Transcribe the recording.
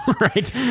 right